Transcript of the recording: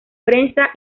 prensa